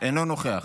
אינו נוכח,